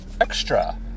extra